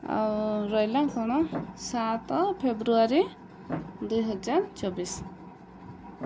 ଆଉ ରହିଲା କ'ଣ ସାତ ଫେବୃଆରୀ ଦୁଇ ହଜାର ଚବିଶି